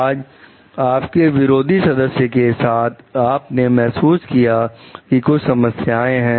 आज आपके विरोधी सदस्य के साथ आप ने महसूस किया कि कुछ समस्याएं हैं